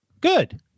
Good